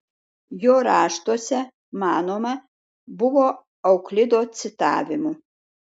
jo raštuose manoma buvo euklido citavimų